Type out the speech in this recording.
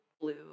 blue